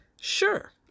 Sure